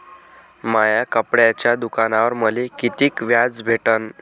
माया कपड्याच्या दुकानावर मले कितीक व्याज भेटन?